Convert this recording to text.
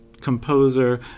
composer